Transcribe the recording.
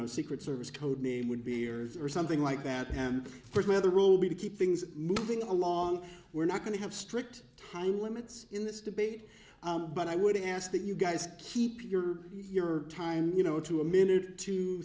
know secret service code name would be yours or something like that pam for the rule be to keep things moving along we're not going to have strict time limits in this debate but i would ask that you guys keep your your time you know to a minute